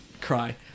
cry